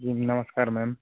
जी नमस्कार मैम